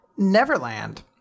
neverland